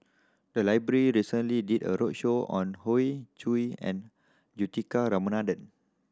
the library recently did a roadshow on Hoey Choo and Juthika Ramanathan